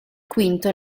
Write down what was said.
quinto